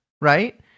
right